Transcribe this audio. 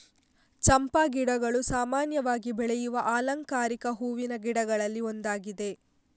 ಚಂಪಾ ಗಿಡಗಳು ಸಾಮಾನ್ಯವಾಗಿ ಬೆಳೆಯುವ ಅಲಂಕಾರಿಕ ಹೂವಿನ ಗಿಡಗಳಲ್ಲಿ ಒಂದಾಗಿವೆ